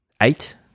eight